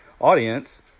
audience